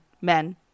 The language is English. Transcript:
men